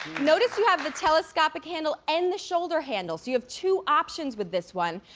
notice you have the telescopic handle and the shoulder handle. so you have two options with this one.